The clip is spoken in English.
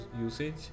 usage